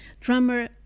drummer